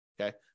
okay